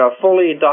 fully